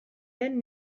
den